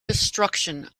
destruction